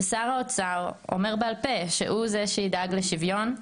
שר האוצר אומר בעל פה שהוא זה שידאג לשוויון,